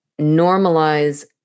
normalize